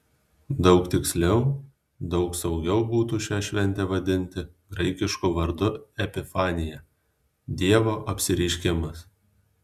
daug tiksliau daug saugiau būtų šią šventę vadinti graikišku vardu epifanija dievo apsireiškimas